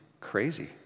crazy